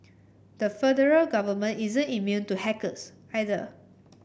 the federal government isn't immune to hackers either